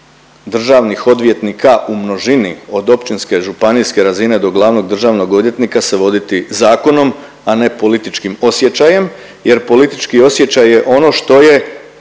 državnih odvjetnika u množini od općinske, županijske razine do glavnog državnog odvjetnika se voditi zakonom, a ne političkim osjećajem jer politički osjećaj je ono što je